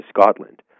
Scotland